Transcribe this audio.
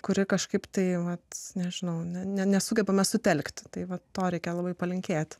kuri kažkaip tai vat nežinau nes ne nesugebame sutelkti tai va to reikia labai palinkėti